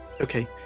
okay